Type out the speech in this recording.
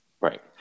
Right